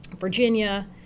Virginia